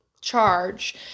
charge